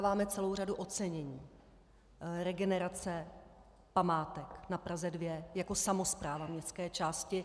Vyhráváme celou řadu ocenění regenerace památek na Praze 2 jako samospráva městské části.